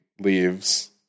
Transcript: leaves